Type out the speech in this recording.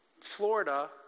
Florida